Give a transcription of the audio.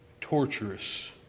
torturous